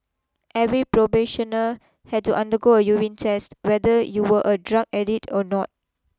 every probationer had to undergo a urine test whether you were a drug addict or not